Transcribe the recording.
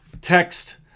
text